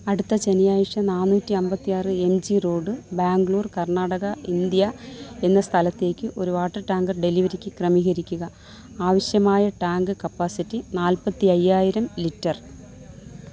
അടുത്ത ശനിയാഴ്ച നാന്നൂറ്റി അൻപത്തി ആറ് M G road Bangalore Karnataka India എന്ന സ്ഥലത്തേക്ക് ഒരു വാട്ടർ ടാങ്കർ ഡെലിവറിക്ക് ക്രമീകരിക്കുക ആവശ്യമായ ടാങ്ക് കപ്പാസിറ്റി നാൽപ്പത്തി അയ്യായിരം ലിറ്റർ